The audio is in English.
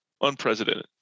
unprecedented